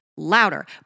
Louder